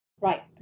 Right